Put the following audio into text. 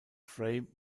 frame